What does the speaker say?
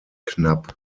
knapp